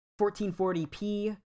1440p